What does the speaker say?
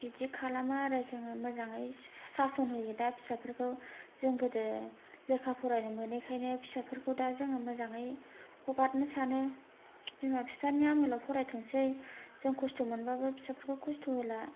बिदि खालामो आरो जोङो मोजाङै सासन होयो दा फिसाफोरखौ जों गोदो लेखा फरायनो मोनैखायनो जों फिसाफोरखौ मोजाङै हगारनो सानो बिमा फिफानि आमोलाव फरायथोंसै जों खस्थ' मोनबाबो फिसाफोरखौ खस्थ' होला